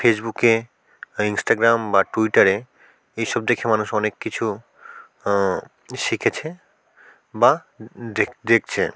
ফেসবুকে হ্যাঁ ইনস্টাগ্রাম বা টুইটারে এইসব দেখে মানুষ অনেক কিছু শিখেছে বা দেখছে